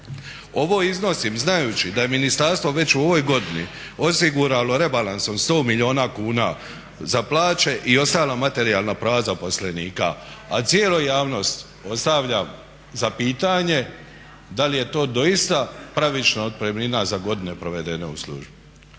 Ovo iznosim znajući da je ministarstvo već u ovoj godini osiguralo rebalansom 100 milijuna kuna za plaće i ostala materijalna prava zaposlenika. A cijeloj javnosti ostavljam za pitanje da li je to doista pravična otpremnina za godine provedene u službi.